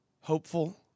Hopeful